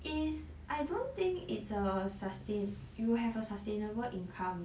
is I don't think it's a sustain you will have a sustainable income